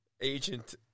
agent